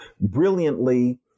brilliantly